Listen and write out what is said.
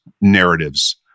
narratives